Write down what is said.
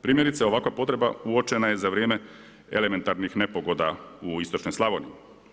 Primjerice ovakva potreba uočena je za vrijeme elementarnih nepogoda u Istočnoj Slavoniji.